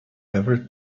ever